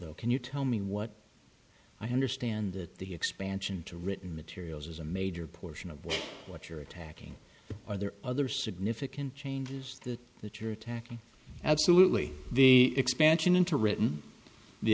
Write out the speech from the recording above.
though can you tell me what i understand that the expansion to written materials is a major portion of what you're attacking are the other significant changes that that you're attacking absolutely the expansion into written the